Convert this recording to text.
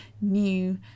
new